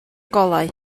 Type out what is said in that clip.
golau